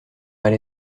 elle